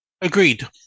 Agreed